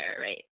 right